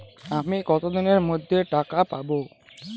আমি কতদিনের মধ্যে টাকা পাবো?